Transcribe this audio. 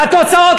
והתוצאות,